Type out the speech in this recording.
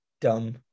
Dumb